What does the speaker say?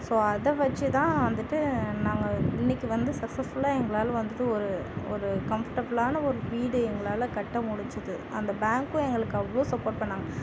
so அதை வச்சு தான் வந்துட்டு நாங்கள் இன்னக்கு வந்து சக்சஸ் ஃபுல்லாக எங்களால் வந்துட்டு ஒரு ஒரு கம்பர்ட்டபுல்லான ஒரு வீடு எங்களால் கட்ட முடிஞ்சிது அந்த பேங்க்கும் எங்களுக்கு அவ்வளோ சப்போர்ட் பண்ணாங்க